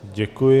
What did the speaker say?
Děkuji.